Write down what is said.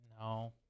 No